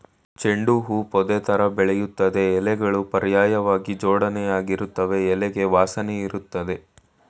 ಚೆಂಡು ಹೂ ಪೊದೆತರ ಬೆಳಿತದೆ ಎಲೆಗಳು ಪರ್ಯಾಯ್ವಾಗಿ ಜೋಡಣೆಯಾಗಿರ್ತವೆ ಎಲೆಗೆ ವಾಸನೆಯಿರ್ತದೆ